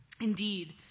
Indeed